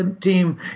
team